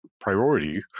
priority